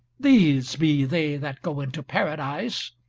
these be they that go into paradise,